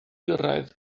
gyrraedd